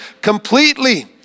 completely